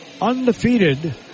undefeated